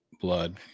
blood